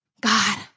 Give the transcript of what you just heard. God